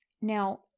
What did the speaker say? Now